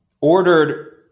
ordered